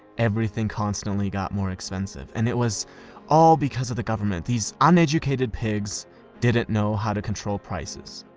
everything constantly got more expensive. and it was all because of the government. these uneducated pigs didn't know how to control prices.